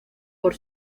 por